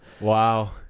Wow